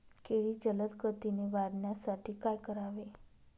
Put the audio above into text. केळी जलदगतीने वाढण्यासाठी काय करावे?